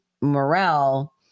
Morrell